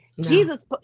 jesus